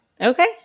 Okay